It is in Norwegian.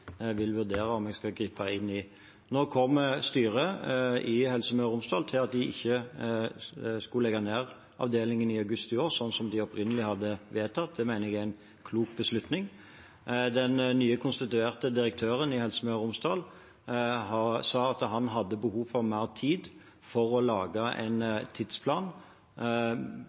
vil vurdere om jeg skal gripe inn i. Nå kom styret i Helse Møre og Romsdal til at de ikke skulle legge ned avdelingen i august i år, slik de opprinnelig hadde vedtatt. Det mener jeg er en klok beslutning. Den nye konstituerte direktøren i Helse Møre og Romsdal sa at han hadde behov for mer tid for å lage en tidsplan,